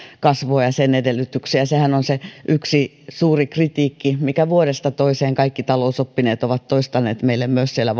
kasvua ja sen edellytyksiä sehän on se yksi suuri kritiikki minkä vuodesta toiseen kaikki talousoppineet ovat toistaneet myös meille siellä